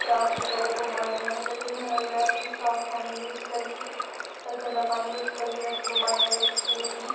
ते असें जैदा बमारियां निं लग्गनियां न अगर अस साफ पानी यूस करगे अगर गंदा पानी यूस करगे तां असें बमारियां लग्गी सकदियां